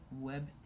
web